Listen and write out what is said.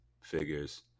figures